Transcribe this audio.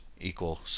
equal